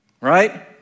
right